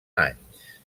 anys